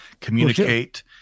communicate